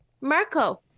Marco